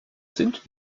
sind